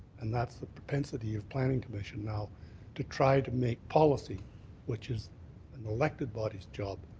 and that's the propensity of planning commission now to try to make policy which is an elected body's job,